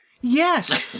yes